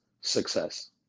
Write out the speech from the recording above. success